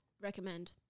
Recommend